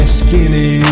skinny